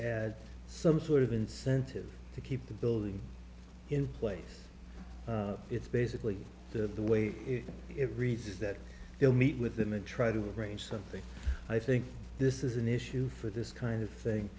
add some sort of incentive to keep the building in place it's basically the way it reads is that he'll meet with them and try to arrange something i think this is an issue for this kind of thing